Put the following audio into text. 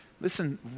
Listen